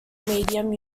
medium